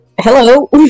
Hello